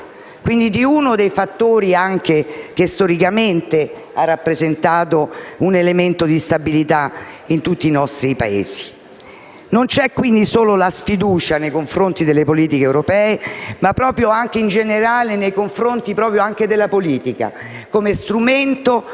quindi di uno dei fattori che storicamente ha rappresentato un elemento di stabilità in tutti i nostri Paesi. Non c'è sfiducia solo nei confronti delle politiche europee, ma anche, in generale, nei confronti della politica come strumento